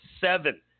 seven